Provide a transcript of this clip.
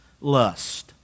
lust